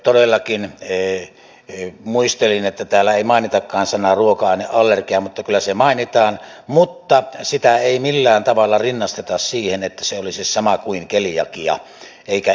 todellakin muistelin että täällä ei mainita sanaa ruoka aineallergia mutta kyllä se mainitaan mutta sitä ei millään tavalla rinnasteta siihen että se olisi sama kuin keliakia